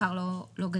השכר לא גדל.